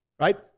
right